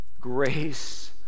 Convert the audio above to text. grace